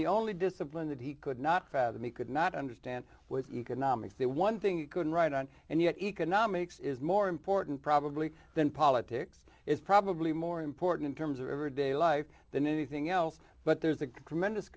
the only discipline that he could not fathom he could not understand with economics the one thing you could write on and yet economics is more important probably than politics is probably more important in terms of everyday life than anything else but there's a tremendous